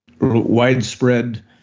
widespread